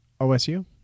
OSU